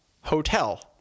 hotel